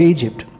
Egypt